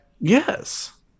Yes